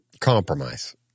Compromise